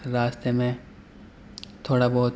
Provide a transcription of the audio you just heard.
راستے میں تھوڑا بہت